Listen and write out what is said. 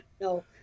No